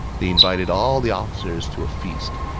they invited all the officers to a feast.